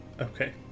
Okay